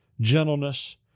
gentleness